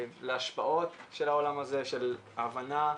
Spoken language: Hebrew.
להשפעות של העולם הזה, של ההבנה.